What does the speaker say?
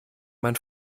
mein